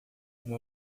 uma